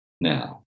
now